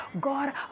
god